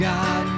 God